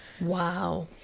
wow